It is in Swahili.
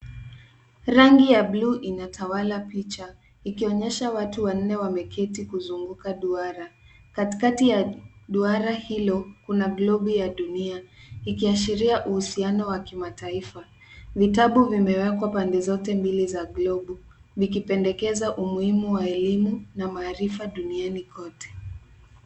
Rangi ya bluu inatawala picha, ikionyesha watu wanne wameketi kuzunguka duara. Katikati ya duara hilo kuna globe ya dunia, ikiashiria uhusiano wa kimataifa. Vitabu vimeekwa pande zote mbili za globe , vikipendekeza umuhimu wa elimu na maarifa duniani kote.